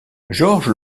george